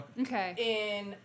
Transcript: Okay